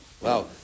Wow